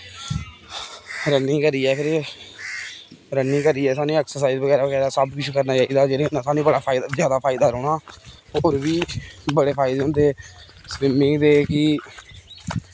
running करियै फिर running करियै सानूं एक्सरसाइज बगैरा सब कुछ करना चाहिदा जेह्दे नै सानूं बड़ा जादा फायदा रौह्ना होर बी बड़े फायदे होंदे स्विमिंग दे कि